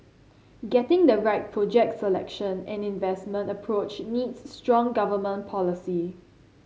getting the right project selection and investment approach needs strong government policy